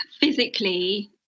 physically